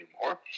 anymore